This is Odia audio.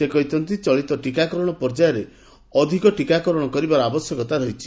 ସେ କହିଛନ୍ତି ଚଳିତ ଟିକାକରଣ ପର୍ଯ୍ୟାୟରେ ଅଧିକ ଟିକାକରଣ କରିବାର ଆବଶ୍ୟକତା ରହିଛି